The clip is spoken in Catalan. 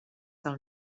del